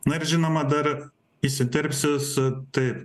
na ir žinoma dar įsiterpsiu su taip